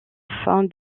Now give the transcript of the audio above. fin